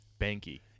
Banky